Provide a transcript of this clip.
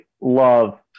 love